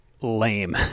lame